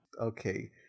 okay